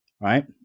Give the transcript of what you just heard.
right